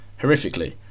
horrifically